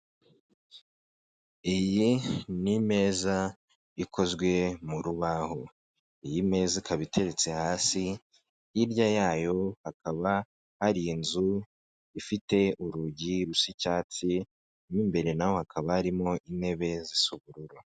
Iyi ni meza ikozwe mu rubaho, iyi meza ikaba iteretse hasi, hirya yayo hakaba hari inzu ifite urugi rusa icyatsi, mu imbere naho hakaba harimo intebe zisa ubururu.